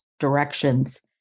directions